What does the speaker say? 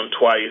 twice